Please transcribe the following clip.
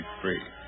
free